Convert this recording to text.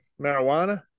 marijuana